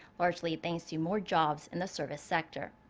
largely thanks to more jobs in the service sector.